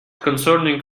concerning